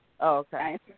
Okay